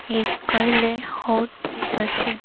ହେଇ କହିଲେ ହଉ ଠିକ୍ ଅଛି